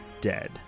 dead